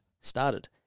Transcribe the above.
started